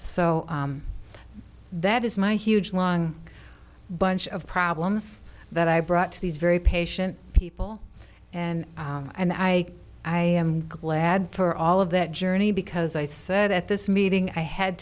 so that is my huge long bunch of problems that i brought to these very patient people and and i i am glad for all of that journey because i said at this meeting i had